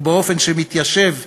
ובאופן שמתיישב עם,